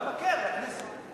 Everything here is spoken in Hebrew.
של המבקר על הכנסת.